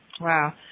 Wow